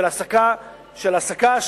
של העסקה,